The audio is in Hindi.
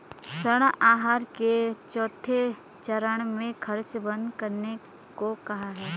ऋण आहार के चौथे चरण में खर्च बंद करने को कहा है